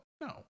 No